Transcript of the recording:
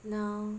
now